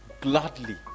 gladly